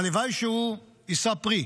הלוואי שהם יישאו פרי.